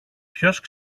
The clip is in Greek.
ποιος